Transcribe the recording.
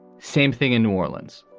same thing in new orleans,